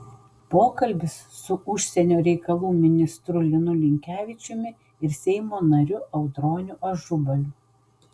pokalbis su užsienio reikalų ministru linu linkevičiumi ir seimo nariu audroniu ažubaliu